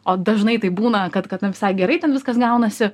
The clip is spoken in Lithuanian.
o dažnai taip būna kad kad na visai gerai ten viskas gaunasi